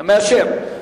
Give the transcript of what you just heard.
מאשר.